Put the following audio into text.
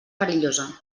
perillosa